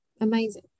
amazing